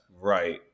right